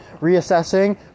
reassessing